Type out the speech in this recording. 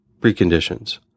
preconditions